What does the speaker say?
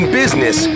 business